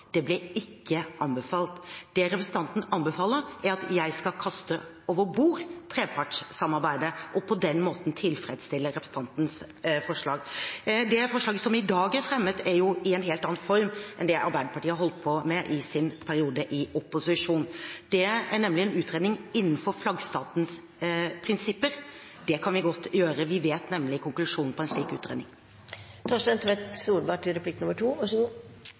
Det ble ikke anbefalt. Det representanten anbefaler, er at jeg skal kaste over bord trepartssamarbeidet, og på den måten tilfredsstille representantens forslag. Det forslaget som i dag er fremmet, har en helt annen form enn det Arbeiderpartiet har holdt på med i sin periode i opposisjon. Det gjelder nemlig en utredning innenfor flaggstatens prinsipper. Det kan vi godt foreta. Vi vet nemlig konklusjonen på en slik utredning.